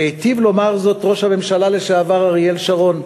והיטיב לומר זאת ראש הממשלה לשעבר אריאל שרון,